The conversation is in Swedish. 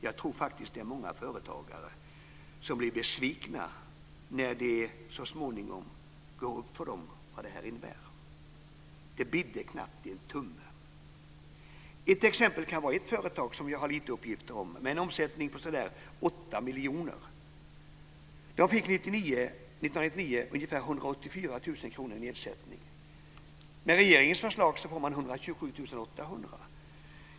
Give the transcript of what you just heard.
Jag tror faktiskt att det är många företagare som blir besvikna när det så småningom går upp för dem vad detta innebär. Det bidde knappt en tumme. Ett exempel kan vara ett företag som jag har några uppgifter om. Det har en omsättning på ca 8 miljoner. År 1999 fick de ungefär 184 000 kr i nedsättning. Med regeringens förslag får de 127 800.